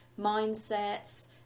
mindsets